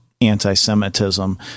anti-semitism